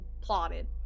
plotted